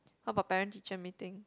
how about parent teacher meeting